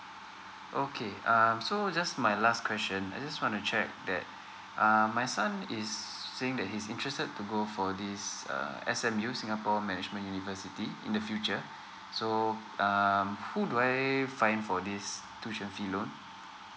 okay um so just my last question I just want to check that um my son is saying that he's interested to go for this uh S_M_U singapore management university in the future so um who do I find for this tuition fee loan